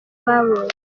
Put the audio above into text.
babonye